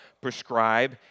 Prescribe